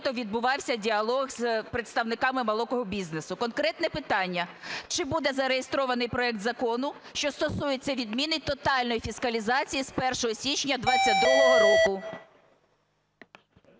відбувався діалог з представниками малого бізнесу. Конкретне питання: чи буде зареєстрований проект закону, що стосується відміни тотальної фіскалізації з 1 січня 22-го року?